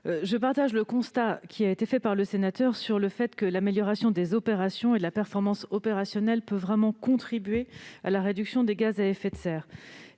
Je partage le constat qui a été dressé : l'amélioration des opérations et de la performance opérationnelle peut vraiment contribuer à la réduction des gaz à effet de serre.